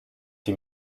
die